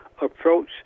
approach